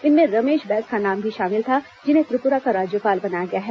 इनमें रमेश बैस का नाम भी शामिल था जिन्हें त्रिपुरा का राज्यपाल बनाया गया है